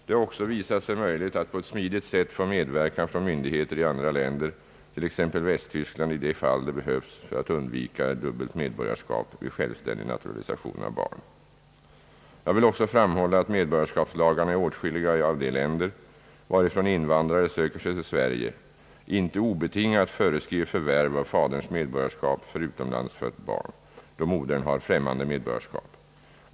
Det har också visat sig möjligt att på ett smidigt sätt få medverkan från myndigheter i andra länder, t.ex. Västtyskland, i de fall det behövs för att undvika dubbelt medborgarskap vid självständig naturalisation av barn. Jag vill också framhålla att medborgarskapslagarna i åtskilliga av de länder, varifrån invandrare söker sig till Sverige, inte obetingat föreskriver förvärv av faderns medborgarskap för utomlands fött barn, då modern har främmande medborgarskap.